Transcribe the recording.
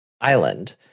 island